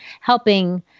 helping